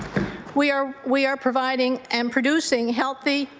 we are we are providing and producing healthy,